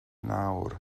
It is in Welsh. nawr